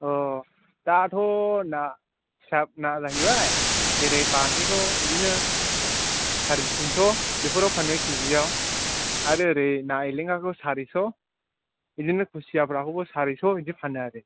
औ दाथ' ना फिसा ना जाहैबायाय जेरै बामिखौ बिदिनो साराय तिनस' बेफोराव फानो केजियाव आरो ओरै नाएलेंआखौ सारिस' बिदिनो खुसियाफ्राखौबो सारिस' बिदि फानो आरो